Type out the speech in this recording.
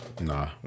nah